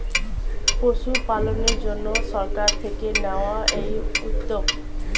পশুপালনের জন্যে সরকার থেকে নেওয়া এই উদ্যোগ